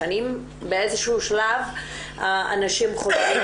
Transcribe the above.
באיזה שהוא שלב אנשים חושבים,